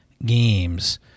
games